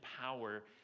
power